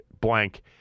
blank